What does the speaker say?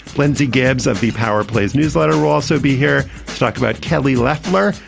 lindsey gibbs of the power plays newsletter will also be here to talk about kelly lefler,